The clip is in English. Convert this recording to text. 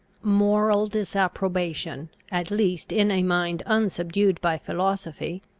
moral disapprobation, at least in a mind unsubdued by philosophy,